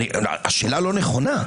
השאלה אינה נכונה,